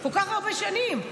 כל כך הרבה שנים.